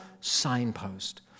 signpost